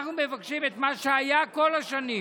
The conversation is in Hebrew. אנחנו מבקשים את מה שהיה כל השנים.